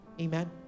Amen